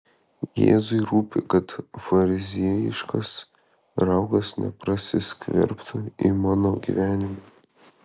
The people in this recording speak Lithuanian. jėzui rūpi kad fariziejiškas raugas neprasiskverbtų į mano gyvenimą